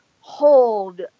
hold